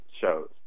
shows